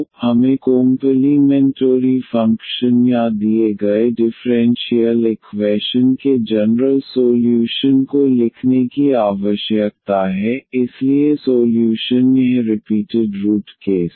तो हमें complementary function या दिए गए डिफ़्रेंशियल इक्वैशन के जनरल सोल्यूशन को लिखने की आवश्यकता है इसलिए सोल्यूशन यह रिपीटेड रूट केस